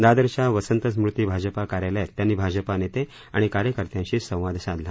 दादरच्या वसंतस्मृती भाजपा कार्यालयात त्यांनी भाजपा नेते आणि कार्यकर्त्यांशी संवाद साधला